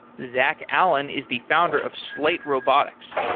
zach allen is the founder of slate robotics,